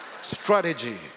Strategy